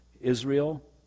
Israel